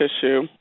tissue